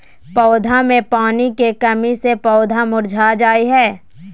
पौधा मे पानी के कमी से पौधा मुरझा जा हय